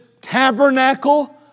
tabernacle